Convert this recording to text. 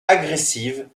agressives